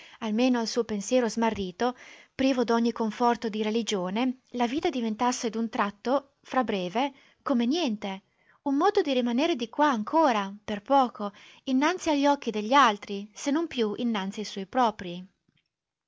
almeno al suo pensiero smarrito privo d'ogni conforto di religione la vita diventasse d'un tratto fra breve come niente un modo di rimanere di qua ancora per poco innanzi a gli occhi degli altri se non più innanzi ai suoi proprii